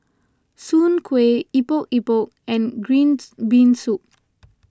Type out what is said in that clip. Soon Kueh Epok Epok and Green Bean Soup